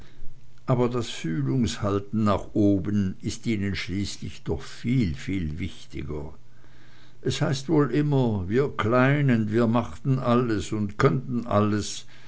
aber das fühlunghalten nach oben ist ihnen schließlich doch viel viel wichtiger es heißt wohl immer wir kleinen wir machten alles und könnten alles